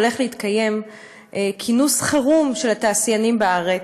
הולך להתקיים כינוס חירום של התעשיינים בארץ,